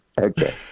Okay